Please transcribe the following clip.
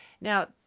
Now